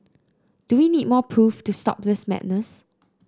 do we need more proof to stop this madness